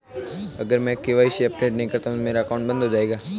अगर मैं KYC update नहीं करता तो क्या मेरा अकाउंट बंद हो जाएगा?